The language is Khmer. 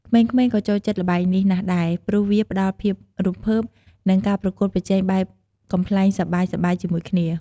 ក្មេងៗក៏ចូលចិត្តល្បែងនេះណាស់ដែរ ព្រោះវាផ្តល់ភាពរំភើប និងការប្រកួតប្រជែងបែបកំប្លែងសប្បាយៗជាមួយគ្នា។